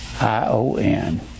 I-O-N